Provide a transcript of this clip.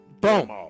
Boom